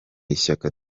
ishyaka